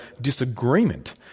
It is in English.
disagreement